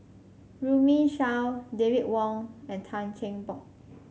Runme Shaw David Wong and Tan Cheng Bock